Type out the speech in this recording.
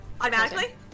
Automatically